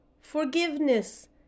forgiveness